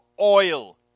oil